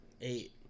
eight